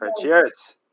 Cheers